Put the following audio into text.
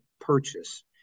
purchase